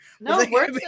No